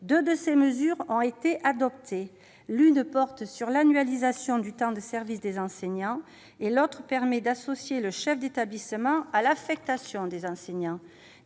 deux d'entre elles ont été adoptées : l'une porte sur l'annualisation du temps de service des enseignants, l'autre permet d'associer le chef d'établissement à l'affectation des enseignants.